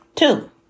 Two